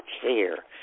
care